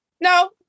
No